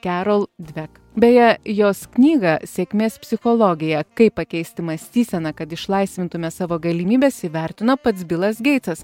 kerol dvek beje jos knygą sėkmės psichologija kaip pakeisti mąstyseną kad išlaisvintume savo galimybes įvertino pats bilas geitsas